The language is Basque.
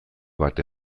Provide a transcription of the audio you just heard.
bat